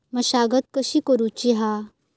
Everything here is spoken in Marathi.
मशागत कशी करूची हा?